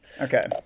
Okay